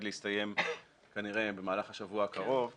להסתיים כנראה במהלך השבוע הקרוב -- כן,